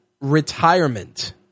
retirement